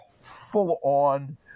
full-on